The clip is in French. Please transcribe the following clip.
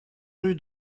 rue